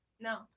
No